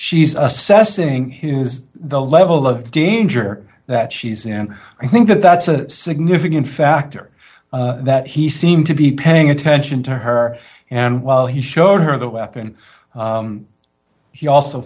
she's assessing his the level of danger that she's in i think that that's a significant factor that he seemed to be paying attention to her and while he showed her the weapon he also